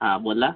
हा बोला